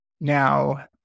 Now